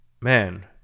man